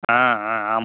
ஆ ஆ ஆமாம் ஆமாம்